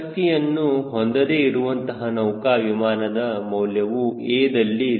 ಶಕ್ತಿಯನ್ನು ಹೊಂದದೇ ಇರುವಂತಹ ನೌಕಾ ವಿಮಾನದ ಮೌಲ್ಯವು a ದಲ್ಲಿ 0